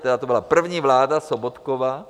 To byla první vláda Sobotkova.